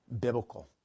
biblical